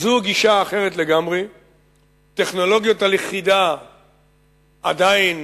טכנולוגיות הלכידה עדיין